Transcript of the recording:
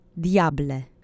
diable